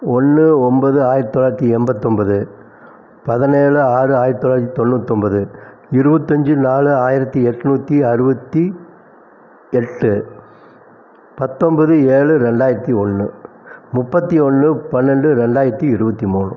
ஒன்று ஒம்பது ஆயிரத்தி தொள்ளாயிரத்தி எம்பத்தொம்பது பதினேழு ஆறு ஆயிரத்தி தொள்ளாயிரத்தி தொண்ணூத்தொம்பது இருபத்தஞ்சி நாலு ஆயிரத்தி எட்ணூத்தி அறுபத்தி எட்டு பத்தொம்பது ஏழு ரெண்டாயிரத்தி ஒன்று முப்பத்தி ஒன்று பன்னெண்டு ரெண்டாயிரத்தி இருபத்தி மூணு